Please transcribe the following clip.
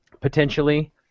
potentially